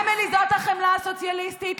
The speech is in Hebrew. אמילי, זאת החמלה הסוציאליסטית?